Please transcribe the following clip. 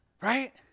Right